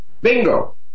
Bingo